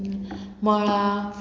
मळां